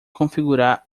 configurar